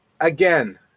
again